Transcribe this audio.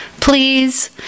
Please